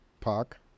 park